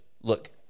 look